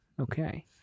Okay